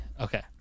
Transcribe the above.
okay